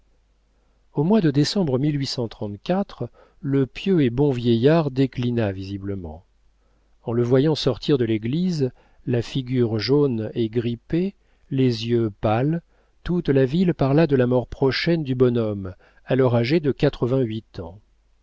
au mois de décembre le pieux et bon vieillard déclina visiblement en le voyant sortir de l'église la figure jaune et grippée les yeux pâles toute la ville parla de la mort prochaine du bonhomme alors âgé de quatre-vingt-huit ans